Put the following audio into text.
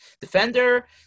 Defender